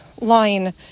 line